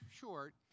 short